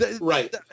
Right